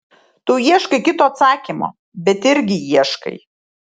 tu ieškai kito atsakymo bet irgi ieškai